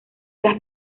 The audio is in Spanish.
las